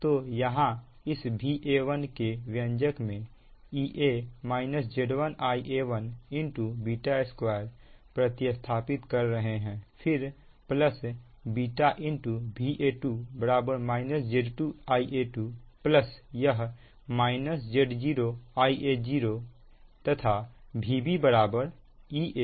तो यहां इस Va1 के व्यंजक में β2 प्रति स्थापित कर रहे हैं फिर β Va2 Z2 Ia2 यह Z0 Ia0